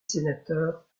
sénateur